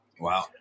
Wow